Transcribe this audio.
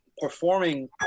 performing